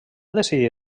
decidir